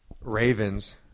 Ravens